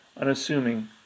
unassuming